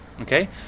Okay